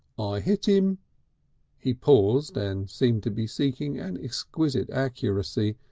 hit him he paused and seemed to be seeking an exquisite accuracy.